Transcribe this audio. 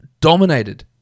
dominated